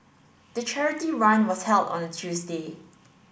the charity run was held on a Tuesday